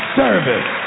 service